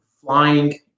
flying